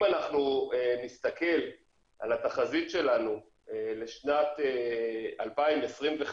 אם אנחנו נסתכל על התחזית שלנו לשנת 2025,